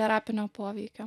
terapinio poveikio